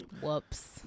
Whoops